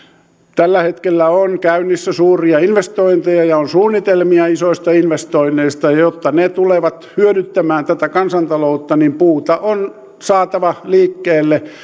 tällä hetkellä on käynnissä suuria investointeja ja on suunnitelmia isoista investoinneista ja jotta ne tulevat hyödyttämään tätä kansantaloutta niin puuta on saatava liikkeelle